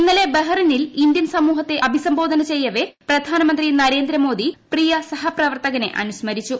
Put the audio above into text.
ഇന്നലെ ബഹ്റിനിൽ ഇന്ത്യൻ സമൂഹത്തെ അഭിസംബോധന ചെയ്യവേ പ്രധാനമന്ത്രി നരേന്ദ്രമോദി പ്രിയ സഹപ്രവർത്തകനെ അനുസ്മരിച്ചു